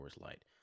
Light